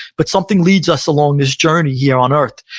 but something leads us along this journey here on earth.